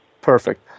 Perfect